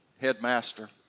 headmaster